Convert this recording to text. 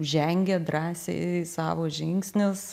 žengia drąsiai savo žingsnius